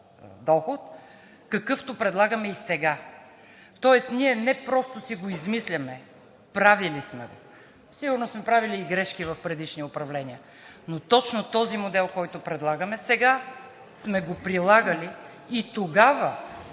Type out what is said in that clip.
доход, какъвто предлагаме и сега, тоест ние не просто си го измисляме – правили сме го. Сигурно сме правили и грешки в предишни управления. Но точно този модел, който предлагаме сега, сме го прилагали и тогава.